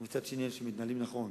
מצד שני, אלה שמתנהלים נכון